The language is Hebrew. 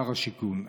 שר השיכון.